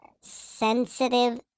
sensitive